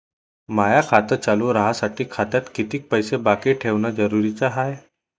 माय खातं चालू राहासाठी खात्यात कितीक पैसे बाकी ठेवणं जरुरीच हाय?